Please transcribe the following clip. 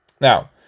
Now